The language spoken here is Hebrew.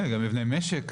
גם מבני משק.